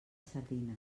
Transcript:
sardina